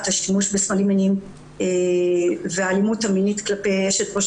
את השימוש בסמלים מיניים והאלימות המינית כלפי אשת ראש